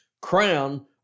crown